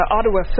Ottawa